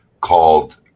called